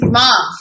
mom